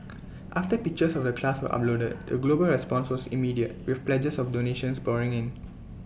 after pictures of the class were uploaded the global response immediate with pledges of donations pouring in